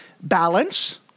Balance